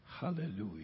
Hallelujah